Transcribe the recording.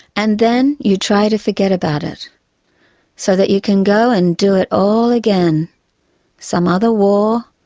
and then you try to forget about it so that you can go and do it all again some other war,